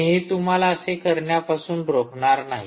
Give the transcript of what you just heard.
कोणीही तुम्हाला असे करण्यापासून रोखणार नाही